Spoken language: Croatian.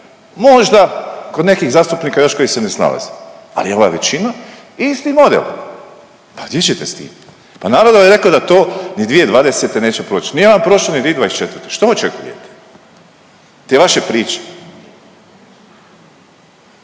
Možda kod nekih zastupnika još koji se ne snalaze, ali ovaj već ima isti model. Pa gdje ćete s tim? Pa narod vam je rekao da to ni 2020. neće proći, nije vam prošao ni 2024. Što očekujete? Te vaše priče?